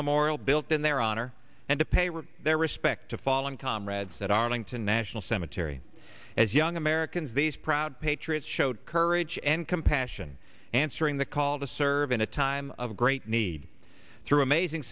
memorial built in their honor and to pay their respects to fallen comrades at arlington national cemetery as young americans these proud patriots showed courage and compassion answering the call to serve in a time of great need through amazing